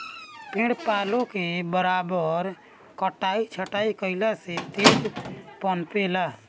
पेड़ पालो के बराबर कटाई छटाई कईला से इ तेज पनपे ला